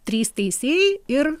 trys teisėjai ir